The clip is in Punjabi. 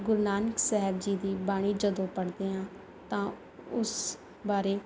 ਗੁਰੂ ਨਾਨਕ ਸਾਹਿਬ ਜੀ ਦੀ ਬਾਣੀ ਜਦੋਂ ਪੜ੍ਹਦੇ ਹਾਂ ਤਾਂ ਉਸ ਬਾਰੇ